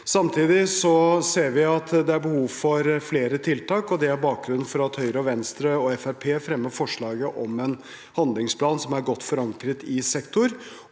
Samtidig ser vi at det er behov for flere tiltak. Det er bakgrunnen for at Høyre, Venstre og Fremskrittspartiet fremmer forslaget om en handlingsplan som er godt forankret i sektoren,